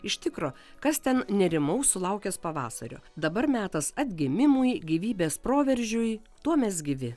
iš tikro kas ten nerimaus sulaukęs pavasario dabar metas atgimimui gyvybės proveržiui tuo mes gyvi